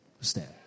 stand